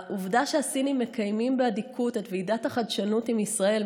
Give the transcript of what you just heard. העובדה שהסינים מקיימים באדיקות את ועידת החדשנות עם ישראל,